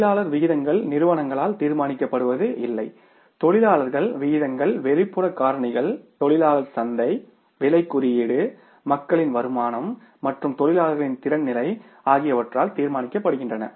தொழிலாளர் விகிதங்கள் நிறுவனங்களால் தீர்மானிக்கப்படுவதில்லை தொழிலாளர் விகிதங்கள் வெளிப்புற காரணிகள் தொழிலாளர் சந்தை விலைக் குறியீடு மக்களின் வருமானம் மற்றும் தொழிலாளர்களின் திறன் நிலை ஆகியவற்றால் தீர்மானிக்கப்படுகின்றன